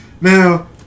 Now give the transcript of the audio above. now